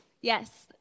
Yes